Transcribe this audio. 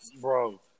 bro